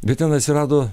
bet ten atsirado